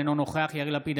אינו נוכח יאיר לפיד,